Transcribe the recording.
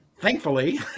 thankfully